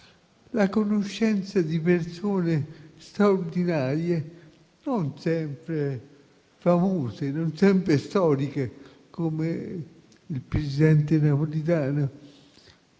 la conoscenza di persone straordinarie, non sempre famose e non sempre storiche, come il presidente Napolitano,